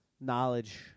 knowledge